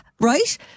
right